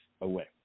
away